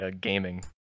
gaming